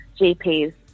GPs